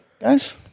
guys